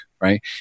Right